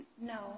No